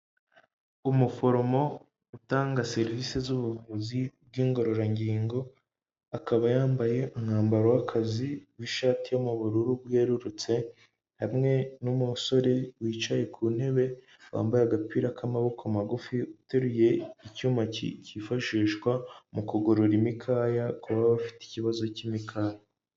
Umuforomo utanga serivisi z'ubuvuzi bw'ingororangingo, akaba yambaye umwambaro w'akazi w'ishati yo mu bururu bwerurutse hamwe n'umusore wicaye ku ntebe wambaye agapira k'amaboko magufi, uteruye icyuma kifashishwa mu kugorora imikaya ku bafite ikibazo cy'imikaka.